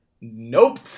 Nope